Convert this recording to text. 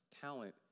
Talent